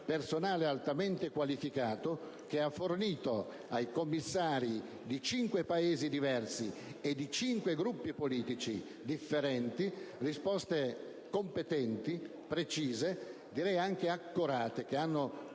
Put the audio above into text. personale altamente qualificato che ha fornito ai commissari di cinque Paesi diversi e di cinque gruppi politici differenti risposte competenti, precise, direi anche accorate che hanno